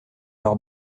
leur